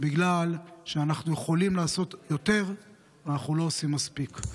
בגלל שאנחנו יכולים לעשות יותר ואנחנו לא עושים מספיק.